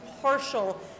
partial